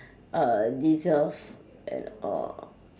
uh deserve and all